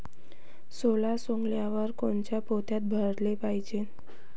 सोला सवंगल्यावर कोनच्या पोत्यात भराले पायजे?